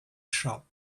shop